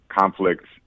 conflicts